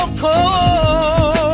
cold